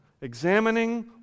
Examining